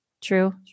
True